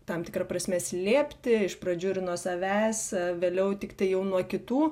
tam tikra prasme slėpti iš pradžių ir nuo savęs vėliau tiktai jau nuo kitų